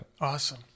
Awesome